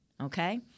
okay